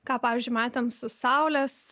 ką pavyzdžiui matėm su saulės